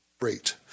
rate